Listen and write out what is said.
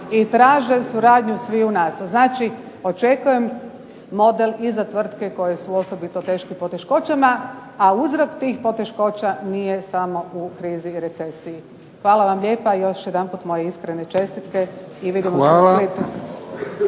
i traže suradnju sviju nas. Znači očekujem model i za tvrtke koje su osobito u teškim poteškoćama, a uzrok tih poteškoća nije samo u krizi i recesiji. Hvala vam lijepa, i još jedanput moje iskrene čestitke